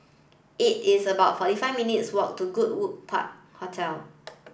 it is about forty five minutes' walk to Goodwood Park Hotel